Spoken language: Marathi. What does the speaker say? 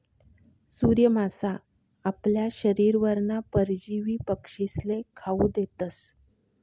सूर्य मासा आपला शरीरवरना परजीवी पक्षीस्ले खावू देतस